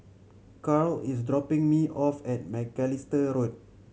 Carl is dropping me off at Macalister Road